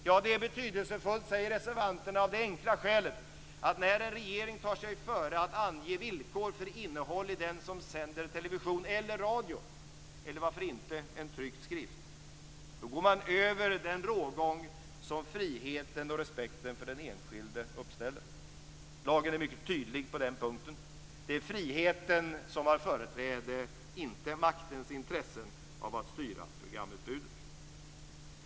Ja, det är betydelsefullt, säger reservanterna, av det enkla skälet att när en regering tar sig före att ange villkor för innehåll för den som sänder television eller radio eller, varför inte, för en tryckt skrift, går man över den rågång som friheten och respekten för den enskilde uppställer. Lagen är mycket tydlig på den punkten. Det är friheten som har företräde, inte maktens intresse av att styra programutbudet.